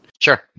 Sure